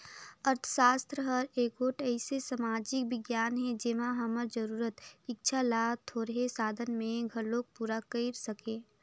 अर्थसास्त्र हर एगोट अइसे समाजिक बिग्यान हे जेम्हां हमर जरूरत, इक्छा ल थोरहें साधन में घलो पूरा कइर सके